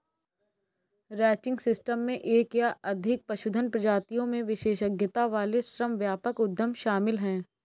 ranching system में एक या अधिक पशुधन प्रजातियों में विशेषज्ञता वाले श्रम व्यापक उद्यम शामिल हैं